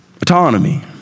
autonomy